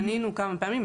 פנינו כמה פעמים,